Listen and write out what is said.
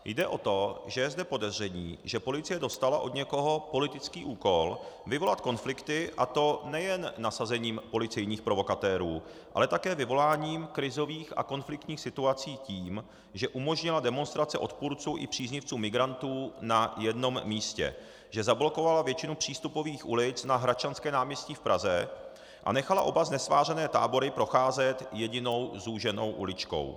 Jde o to, že je zde podezření, že policie dostala od někoho politický úkol vyvolat konflikty, a to nejen nasazením policejních provokatérů, ale také vyvoláním krizových a konfliktních situací tím, že umožnila demonstrace odpůrců i příznivců migrantů na jednom místě, že zablokovala většinu přístupových ulic na Hradčanském náměstí v Praze a nechala oba znesvářené tábory procházet jedinou zúženou uličkou.